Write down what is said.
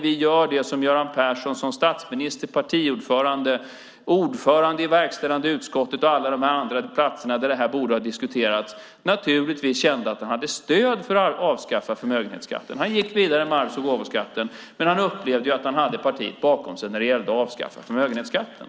Vi gör det som Göran Persson som statsminister, partiordförande och ordförande i verkställande utskottet och alla de andra platser där det här borde ha diskuterats naturligtvis kände att han hade stöd för: att avskaffa förmögenhetsskatten. Han gick vidare med arvs och gåvoskatten, men han upplevde att han hade partiet bakom sig när det gällde avskaffandet av förmögenhetsskatten.